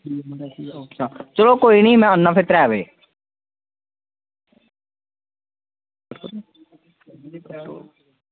चलो कोई निं में आना त्रै बज्जे